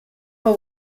vor